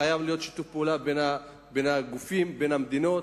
חייב להיות שיתוף פעולה בין הגופים, בין המדינות.